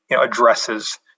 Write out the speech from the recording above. addresses